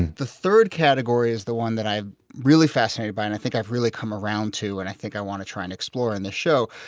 the third category is the one that i'm really fascinated by and i think i've really come around to and i think i want to try and explore in this show,